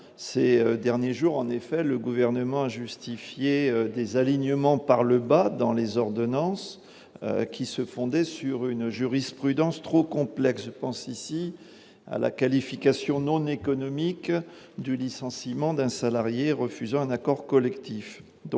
ces derniers jours en effet, le gouvernement des alignement par le bas, dans les ordonnances qui se fondait sur une jurisprudence trop complexe, je pense ici à la qualification non économique du licenciement d'un salarié refusant un accord collectif,